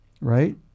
right